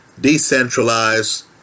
decentralized